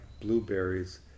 blueberries